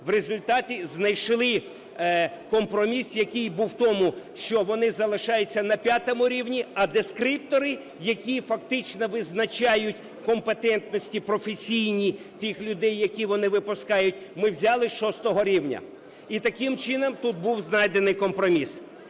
В результаті знайшли компроміс, який був в тому, що вони залишаються на п'ятому рівні, а дескриптори, які фактично визначають компетентності професійні тих людей, які вони випускають, ми взяли шостого рівня. І таким чином тут був знайдений компроміс.